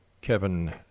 Kevin